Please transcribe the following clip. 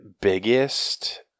biggest